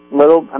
little